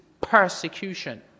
persecution